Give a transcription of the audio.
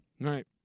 Right